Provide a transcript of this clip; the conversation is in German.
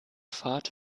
fahrt